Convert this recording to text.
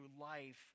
life